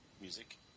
music